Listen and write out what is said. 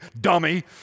dummy